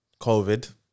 COVID